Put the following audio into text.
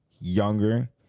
younger